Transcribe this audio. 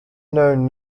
known